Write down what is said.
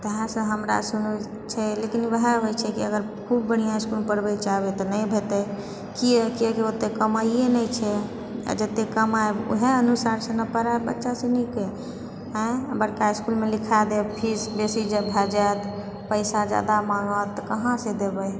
ताहिसँ हमरा सनी छै लेकिन ओएह होइत छै अगर खूब बढ़िआँ इसकुलमे पढ़बए चाहबै तऽ नहि हेतै किआ किआकि ओते कमाइए नहि छै आ जते कमाएब ओएह अनुसार से नहि पढ़ाएब बच्चासनिके हँ बड़का इसकुलमे लिखादेब फीस बेसी जँ भए जाइत पैसा जादा माँगत तऽ कहाँसँ देबए